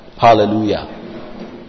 Hallelujah